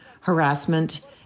harassment